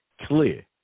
clear